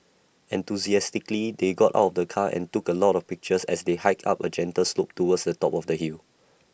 enthusiastically they got out of the car and took A lot of pictures as they hiked up A gentle slope towards the top of the hill